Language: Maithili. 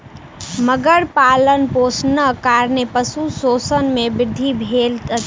मगर पालनपोषणक कारणेँ पशु शोषण मे वृद्धि भेल अछि